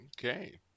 Okay